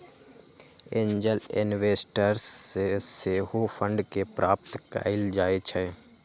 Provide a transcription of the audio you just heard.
angel investors से सेहो fund के प्राप्त कएल जाइ छइ